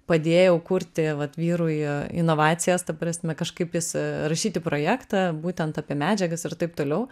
padėjau kurti vat vyrui inovacijas ta prasme kažkaip jis rašyti projektą būtent apie medžiagas ir taip toliau